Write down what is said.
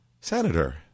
Senator